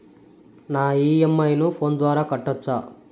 నా ఇ.ఎం.ఐ ను ఫోను ద్వారా కట్టొచ్చా?